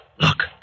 Look